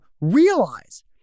realize